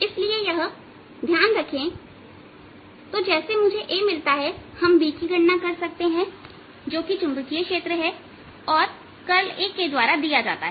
इसलिए यह ध्यान रखें तो जैसे ही मुझे A मिलता है हम B की गणना कर सकते हैंजो कि चुंबकीय क्षेत्र है और कर्ल A के द्वारा दिया जाता है